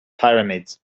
pyramids